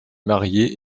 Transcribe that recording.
marié